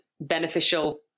beneficial